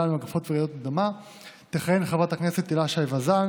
למגפת ולרעידות אדמה תכהן חברת הכנסת הילה שי וזאן